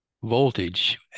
voltage